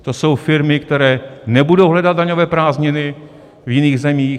To jsou firmy, které nebudou hledat daňové prázdniny v jiných zemích.